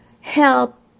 help